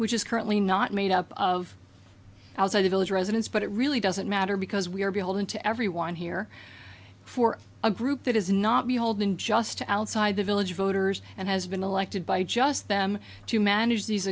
which is currently not made up of outside a village residence but it really doesn't matter because we are beholden to everyone here for a group that is not beholden just to outside the village voters and has been elected by just them to manage these